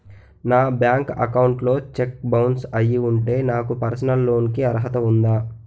నా bank account లో cheque bounce అయ్యి ఉంటే నాకు పర్సనల్ లోన్ కీ అర్హత ఉందా?